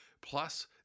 plus